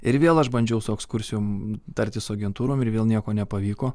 ir vėl aš bandžiau su ekskursijom tartis su agentūrom ir vėl nieko nepavyko